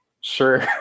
sure